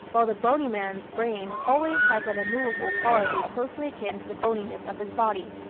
while the bony man's brain always has an immovable quality closely akin to the boniness of his body.